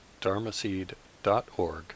dharmaseed.org